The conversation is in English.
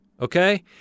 Okay